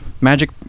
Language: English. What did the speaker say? magic